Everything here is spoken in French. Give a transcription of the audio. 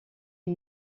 une